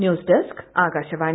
news desk Akashvani